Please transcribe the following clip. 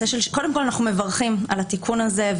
אנחנו מברכים על התיקון הזה.